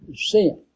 sin